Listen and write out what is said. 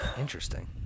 Interesting